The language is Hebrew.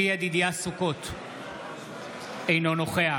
אינו נוכח